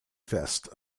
fest